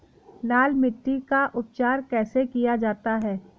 लाल मिट्टी का उपचार कैसे किया जाता है?